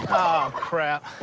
crap.